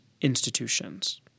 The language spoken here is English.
institutions